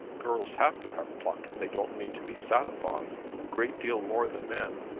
girls have to have pluck if they don't mean to be sat upon a great deal more than men.